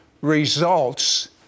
results